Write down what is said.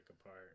apart